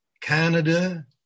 Canada